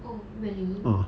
oh really